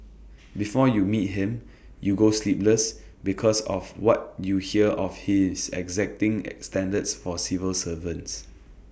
before you meet him you go sleepless because of what you hear of his exacting IT standards for civil servants